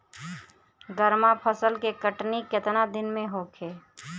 गर्मा फसल के कटनी केतना दिन में होखे?